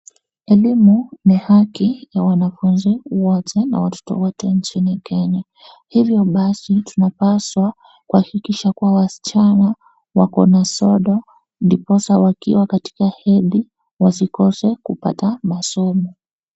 Elimu ni haki ya wanafunzi wote na watoto wote nchini Kenya. Hivyo basi tunapaswa kuhakikisha kuwa wasichana wakona sodo ndiposa wakiwa katika hedhi wasikose kupata masomo.